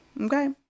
Okay